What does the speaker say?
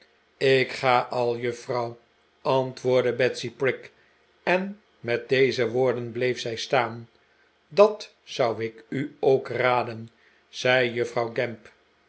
ik ga al juffrouw antwoordde betsy prig en met deze woorden bleef zij staan dat zou ik u ook raden zei juffrouw gamp